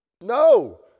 No